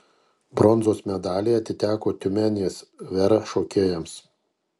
bronzos medaliai atiteko tiumenės vera šokėjams